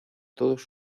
todos